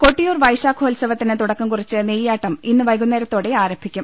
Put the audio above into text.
കൊട്ടിയൂർ വൈശാഖോത്സവത്തിന് തുടക്കം കുറിച്ച് നെയ്യാ ട്ടം ഇന്ന് വ്രൈകുന്നേരത്തോടെ ആരംഭിക്കും